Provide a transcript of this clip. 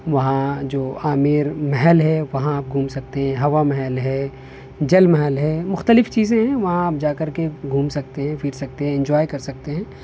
وہاں جو آمیر محل ہے وہاں آپ گھوم سکتے ہیں ہوا محل ہے جل محل ہے مختلف چیزیں ہیں وہاں آپ جا کر کے گھوم سکتے ہیں پھر سکتے ہیں انجوائے کر سکتے ہیں